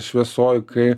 šviesoj kai